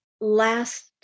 last